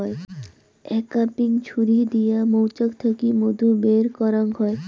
uncapping ছুরি দিয়া মৌচাক থাকি মধু বের করাঙ হই